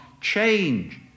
change